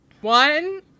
One